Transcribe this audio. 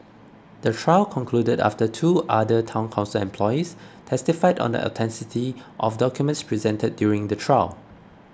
the trial concluded after two other Town Council employees testified on the authenticity of documents presented during the trial